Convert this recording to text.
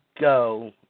go